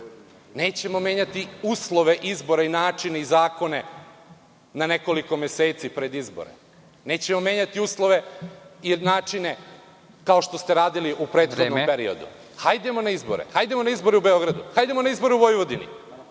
nećemo menjati uslove izbora i način i zakone na nekoliko meseci pred izbore. Nećemo menjati uslove, jednačine, kao što ste radili u prethodnom periodu. Hajdemo na izbore, hajdemo na izbore u Beogradu, hajdemo na izbore u Vojvodini,